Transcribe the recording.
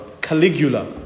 Caligula